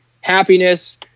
happiness